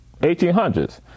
1800s